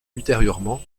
ultérieurement